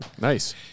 Nice